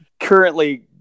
currently